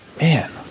Man